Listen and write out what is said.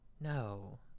no